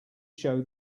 show